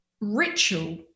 ritual